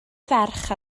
ferch